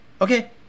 Okay